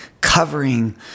covering